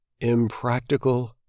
impractical